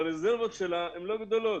שהרזרבות שלה לא גדולות.